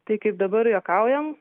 tai kaip dabar juokaujam